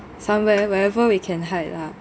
somewhere wherever we can hide lah